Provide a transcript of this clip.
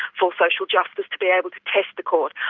for social justice, to be able to test the court.